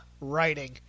writing